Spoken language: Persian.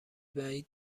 بعید